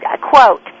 quote